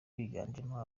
biganjemo